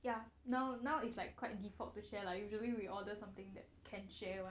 ya now now is like quite default to share lah usually we order something that can share [one]